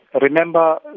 Remember